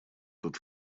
тот